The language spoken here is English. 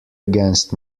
against